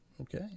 Okay